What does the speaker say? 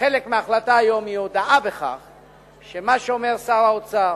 חלק מההחלטה היום הוא הודאה במה שאומר שר האוצר,